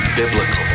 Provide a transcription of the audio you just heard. biblical